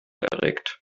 erregt